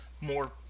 more